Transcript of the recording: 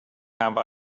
have